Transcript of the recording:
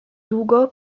długo